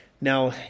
Now